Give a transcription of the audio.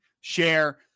share